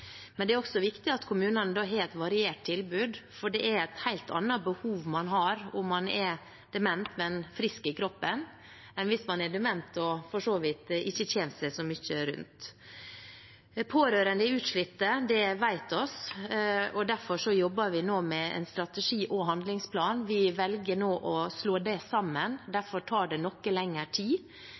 Men det er også viktig at kommunene har et variert tilbud, for det er et helt annet behov man har om man er dement, men frisk i kroppen, enn hvis man er dement og ikke kommer seg så mye rundt. De pårørende er utslitt, det vet vi, derfor jobber vi nå med en strategi- og handlingsplan. Vi velger nå å slå det sammen, derfor tar det noe lengre tid.